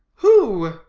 who?